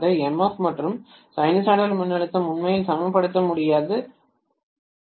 F மற்றும் sinusoidal மின்னழுத்தம் உண்மையில் சமப்படுத்த முடியாது ஒருவருக்கொருவர்